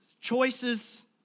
choices